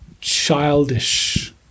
childish